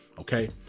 okay